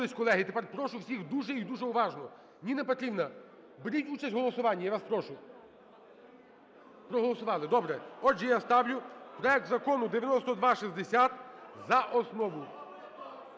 Добре. Отже, я ставлю проект Закону 9260 за основу,